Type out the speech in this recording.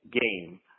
game